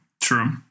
True